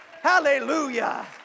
hallelujah